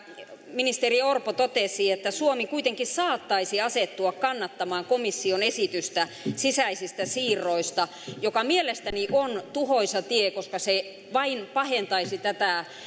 ministeri orpo totesi että suomi kuitenkin saattaisi asettua kannattamaan komission esitystä sisäisistä siirroista mikä mielestäni on tuhoisa tie koska se vain pahentaisi